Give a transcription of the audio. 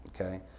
okay